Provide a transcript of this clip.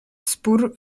spór